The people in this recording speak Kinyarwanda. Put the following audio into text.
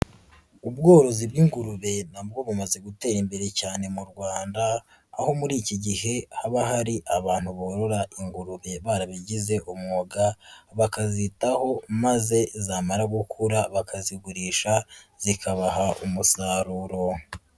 Ubworozi bw'ingurube nabwo bumaze gutera imbere cyane mu Rwanda, aho muri iki gihe haba hari abantu borora ingurube barabigize umwuga, bakazitaho maze zamara gukura bakazigurisha, zikabaha umusaruro.